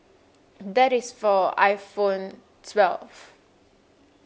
that is for iphone twelve